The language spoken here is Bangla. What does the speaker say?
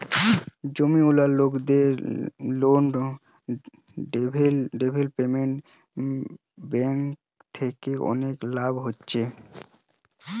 জমিওয়ালা লোকদের ল্যান্ড ডেভেলপমেন্ট বেঙ্ক থিকে অনেক লাভ হচ্ছে